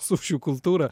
sušių kultūrą